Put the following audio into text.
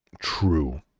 true